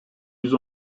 yüz